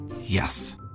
Yes